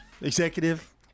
executive